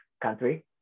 country